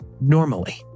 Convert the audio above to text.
normally